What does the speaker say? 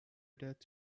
debt